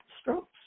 strokes